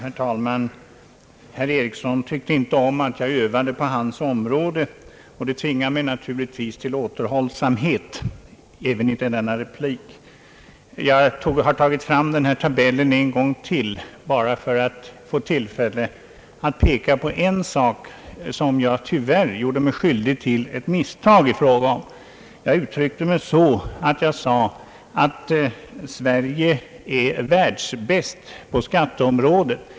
Herr talman! Herr Eriksson tyckte inte om att jag övade på hans område, och det tvingar mig naturligtvis till återhållsamhet även i denna replik. Jag har tagit fram tabellen på TV skärmarna en gång till för att få tillfälle att peka på en sak, i fråga om vilken jag gjorde mig skyldig till ett misstag. Jag sade att Sverige är »världsbäst på skatteområdet».